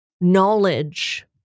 knowledge